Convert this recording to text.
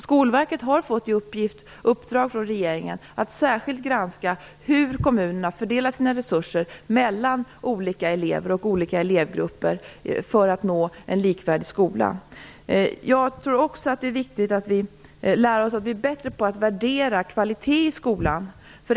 Skolverket har fått i uppdrag från regeringen att särskilt granska hur kommunerna fördelar sina resurser mellan olika elever och olika elevgrupper för att nå en likvärdig skola. Jag tror också att det är viktigt att vi blir bättre på att värdera kvalitet i skolan.